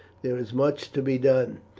there is much to be done.